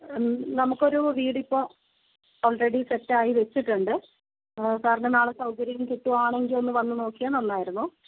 നമുക്കൊരു വീടിപ്പോൾ already set ആയി വെച്ചിട്ടുണ്ട് സാറിനു നാളെ സൗകര്യം കിട്ടുവാണെങ്കിൽ ഒന്നു വന്ന് നോക്കിയാൽ നന്നായിരുന്നു